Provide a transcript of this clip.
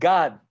God